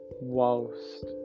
whilst